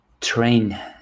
train